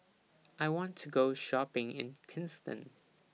I want to Go Shopping in Kingston